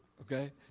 Okay